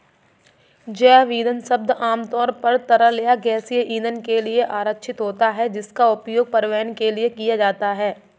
जैव ईंधन शब्द आमतौर पर तरल या गैसीय ईंधन के लिए आरक्षित होता है, जिसका उपयोग परिवहन के लिए किया जाता है